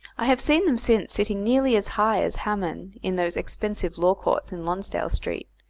i have seen them since sitting nearly as high as haman in those expensive law courts in lonsdale street,